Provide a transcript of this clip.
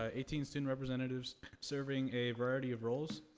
ah eighteen student representatives serving a variety of roles.